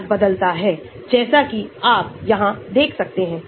तो इसका मतलब है कि हमें इस dissociation की आवश्यकता है